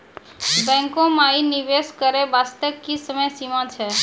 बैंको माई निवेश करे बास्ते की समय सीमा छै?